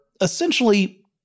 essentially